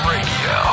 Radio